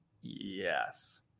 Yes